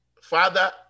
father